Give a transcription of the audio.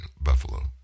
Buffalo